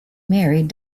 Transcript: married